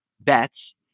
bets